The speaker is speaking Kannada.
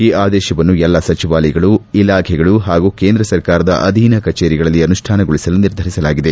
ಈ ಆದೇಶವನ್ನು ಎಲ್ಲ ಸಚಿವಾಲಯಗಳು ಇಲಾಖೆಗಳು ಹಾಗೂ ಕೇಂದ್ರ ಸರ್ಕಾರದ ಅಧೀನ ಕಚೇರಿಗಳಲ್ಲಿ ಅನುಷ್ಠಾನಗೊಳಿಸಲು ನಿರ್ಧರಿಸಲಾಗಿದೆ